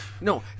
No